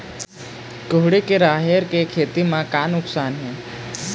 कुहड़ी के राहेर के खेती म का नुकसान हे?